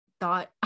thought